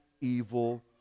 evil